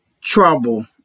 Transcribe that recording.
Trouble